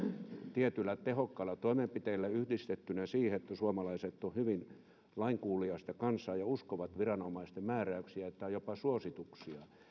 tiettyjä tehokkaita toimenpiteitä yhdistettynä siihen että suomalaiset ovat hyvin lainkuuliaista kansaa ja uskovat viranomaisten määräyksiä tai jopa suosituksia